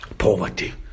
Poverty